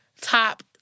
top